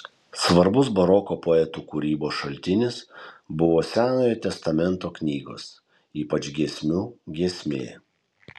svarbus baroko poetų kūrybos šaltinis buvo senojo testamento knygos ypač giesmių giesmė